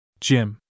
Jim